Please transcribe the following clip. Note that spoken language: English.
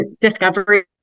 discovery